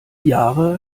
jahre